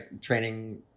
training